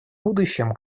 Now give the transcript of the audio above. будущем